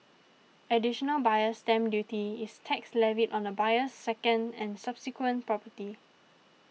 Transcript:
additional Buyer's Stamp Duty is tax levied on a buyer's second and subsequent property